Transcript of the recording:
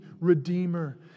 Redeemer